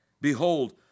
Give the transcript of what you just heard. Behold